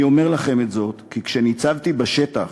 אני אומר לכם את זאת, כי כשניצבתי בשטח